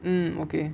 um okay